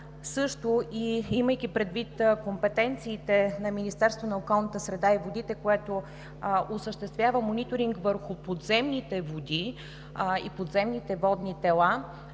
Също, имайки предвид компетенциите на Министерството на околната среда и водите, което осъществява мониторинг върху подземните води и подземните водни тела,